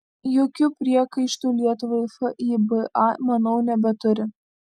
jokių priekaištų lietuvai fiba manau nebeturi